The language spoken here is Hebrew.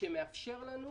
שמאפשר לנו